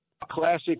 Classic